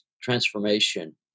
transformation